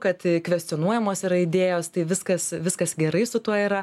kad kvestionuojamos yra idėjos tai viskas viskas gerai su tuo yra